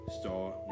Star